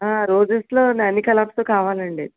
ఆ రోజెస్లో అన్ని కలర్స్ కావాలండి